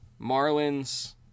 Marlins